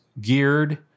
geared